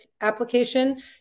application